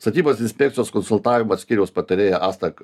statybos inspekcijos konsultavimo skyriaus patarėja asta